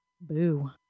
Boo